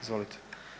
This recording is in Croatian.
Izvolite.